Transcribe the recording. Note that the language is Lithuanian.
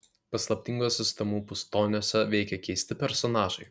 paslaptinguose sutemų pustoniuose veikia keisti personažai